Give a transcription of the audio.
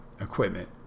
equipment